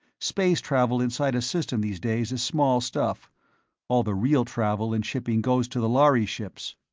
space travel inside a system these days is small stuff all the real travel and shipping goes to the lhari ships.